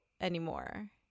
anymore